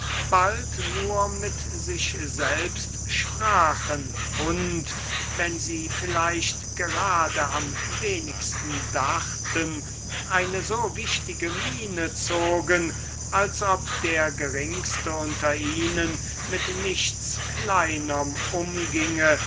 bald nur mit sich selbst sprachen und wenn sie vielleicht am wenigsten dachten eine so wichtige miene machten als ob der geringste unter ihnen mit nichts kleinerm umginge